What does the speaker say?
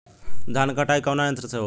धान क कटाई कउना यंत्र से हो?